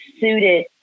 suited